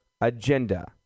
agenda